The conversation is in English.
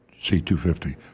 C250